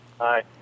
Hi